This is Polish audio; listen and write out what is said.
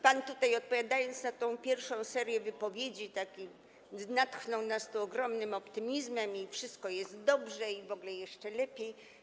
Pan tutaj, odpowiadając na tę pierwszą serię wypowiedzi, natchnął nas ogromnym optymizmem, że wszystko jest dobrze i w ogóle jeszcze lepiej.